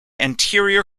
anterior